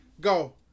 go